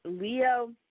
Leo